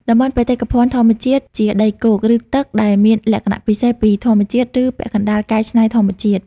តំបន់បេតិកភណ្ឌធម្មជាតិ ជាដីគោក ឬទឹកដែលមានលក្ខណៈពិសេសពីធម្មជាតិ ឬពាក់កណ្តាលកែច្នៃធម្មជាតិ។